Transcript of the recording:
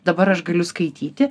dabar aš galiu skaityti